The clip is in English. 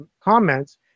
comments